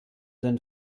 den